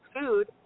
food